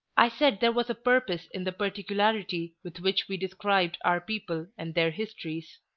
i said there was a purpose in the particularity with which we described our people and their histories,